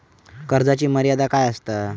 कर्जाची मर्यादा काय असता?